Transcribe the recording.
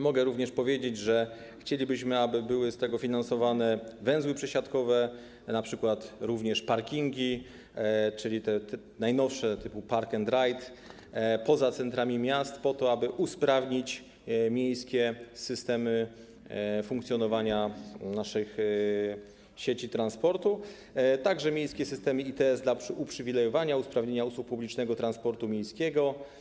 Mogę również powiedzieć, że chcielibyśmy, aby były z tego finansowane węzły przesiadkowe, np. te najnowsze parkingi typu Park & Ride poza centrami miast, po to aby usprawnić miejskie systemy funkcjonowania naszych sieci transportu, a także miejskie systemy ITS dla uprzywilejowania, usprawnienia usług publicznego transportu miejskiego.